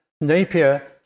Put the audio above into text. Napier